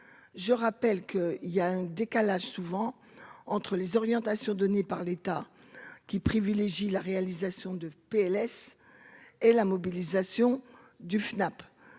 je rappelle qu'il y a un décalage souvent entre les orientations données par l'État, qui privilégie la réalisation de PLS et la mobilisation du FNAP